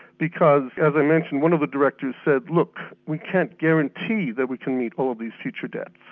because as i mentioned, one of the directors said, look, we can't guarantee that we can meet all of these future debts.